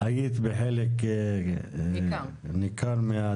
היית בחלק ניכר מהדיון.